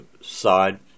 side